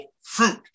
fruit